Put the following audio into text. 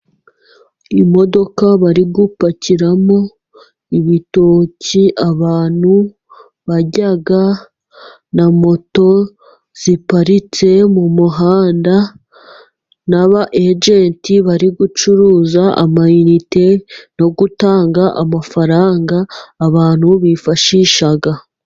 Imodoka bari gupakiramo ibitoki abantu barya na moto ziparitse mu muhanda, n'aba egenti bari gucuruza ama inite no gutanga amafaranga abantu bifashisha.